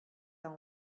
all